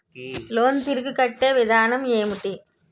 Loan తిరిగి కట్టే విధానం ఎంటి?